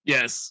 Yes